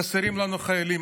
חסרים לנו חיילים,